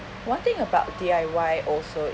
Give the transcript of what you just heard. one thing about D_I_Y also